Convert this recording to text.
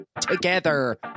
together